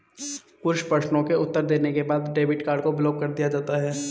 कुछ प्रश्नों के उत्तर देने के बाद में डेबिट कार्ड को ब्लाक कर दिया जाता है